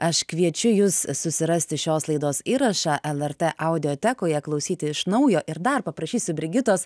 aš kviečiu jus susirasti šios laidos įrašą lrt audiotekoje klausyti iš naujo ir dar paprašysiu brigitos